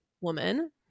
woman